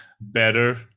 better